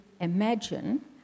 imagine